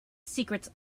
secrets